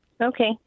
Okay